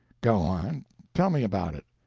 go on tell me about it.